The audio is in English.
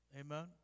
Amen